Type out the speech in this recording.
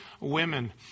women